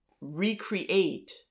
recreate